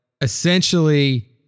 essentially